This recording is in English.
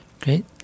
Great